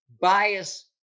bias